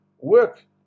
work